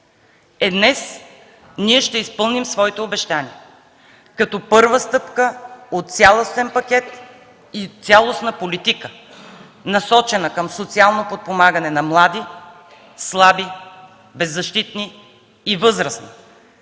Днес ние ще изпълним своите обещания като първа стъпка от цялостен пакет и цялостна политика, насочена към социално подпомагане на млади, слаби, беззащитни и възрастни,